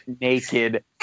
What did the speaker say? naked